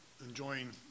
enjoying